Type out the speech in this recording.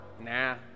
nah